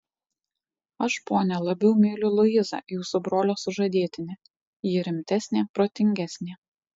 aš ponia labiau myliu luizą jūsų brolio sužadėtinę ji rimtesnė protingesnė